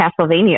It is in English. Castlevania